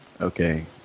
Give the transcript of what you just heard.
Okay